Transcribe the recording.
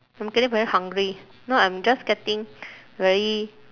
I'm getting very hungry now I'm just getting very